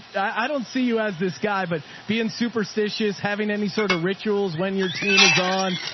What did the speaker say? i don't see you as this guy, but being superstitious having any sort of rituals when your team is on,